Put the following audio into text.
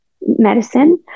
medicine